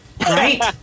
Right